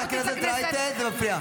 חברת הכנסת רייטן, זה מפריע.